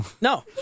No